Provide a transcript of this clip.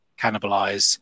cannibalize